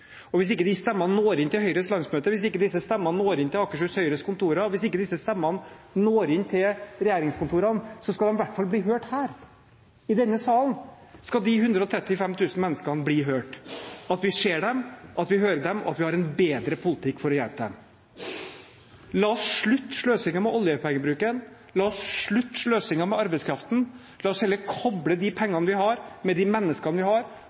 Hvis ikke disse stemmene når inn til Høyres landsmøte, hvis ikke disse stemmene når inn til Akershus Høyres kontorer, hvis ikke disse stemmene når inn til regjeringskontorene, skal de i hvert fall bli hørt her. I denne sal skal de 135 000 menneskene bli hørt. Vi ser dem, vi hører dem, og vi har en bedre politikk for å hjelpe dem. La oss slutte sløsingen med oljepenger, la oss slutte sløsingen med arbeidskraften. La oss heller koble de pengene vi har, med de menneskene vi har,